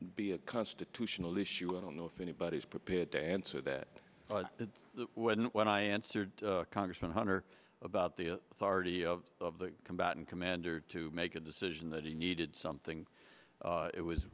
be a constitutional issue i don't know if anybody's prepared to answer that when when i answered congressman hunter about the authority of the combatant commander to make a decision that he needed something it was